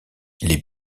les